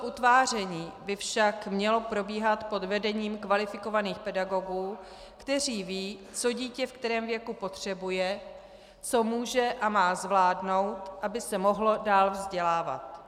Způsob utváření by však měl probíhat pod vedením kvalifikovaných pedagogů, kteří vědí, co dítě ve kterém věku potřebuje, co může a má zvládnout, aby se mohlo dál vzdělávat.